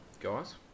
Guys